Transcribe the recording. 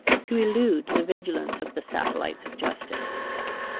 to elude the vigilance of the satellites of justice.